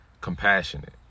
Compassionate